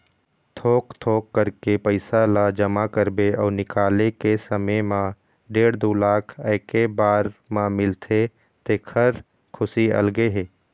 थोक थोक करके पइसा ल जमा करबे अउ निकाले के समे म डेढ़ दू लाख एके बार म मिलथे तेखर खुसी अलगे हे